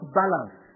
balance